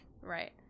Right